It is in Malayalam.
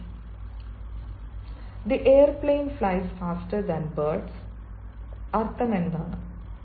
the aeroplane flies faster than birds The airplane flies faster than birds അർത്ഥം എന്താണ്